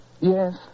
Yes